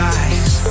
eyes